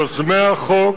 יוזמי החוק,